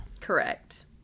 correct